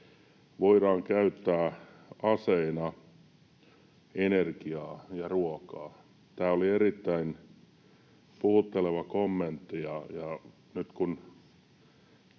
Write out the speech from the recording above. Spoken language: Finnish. voidaan käyttää aseina energiaa ja ruokaa. Tämä oli erittäin puhutteleva kommentti,